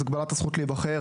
הגבלת הזכות להיבחר,